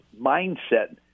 mindset